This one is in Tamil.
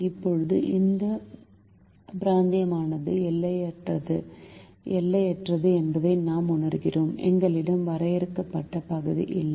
இப்போது இந்த பிராந்தியமானது எல்லையற்றது என்பதை நாம் உணர்கிறோம் எங்களிடம் வரையறுக்கப்பட்ட பகுதி இல்லை